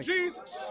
Jesus